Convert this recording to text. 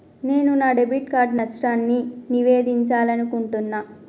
నేను నా debit card నష్టాన్ని నివేదించాలనుకుంటున్నా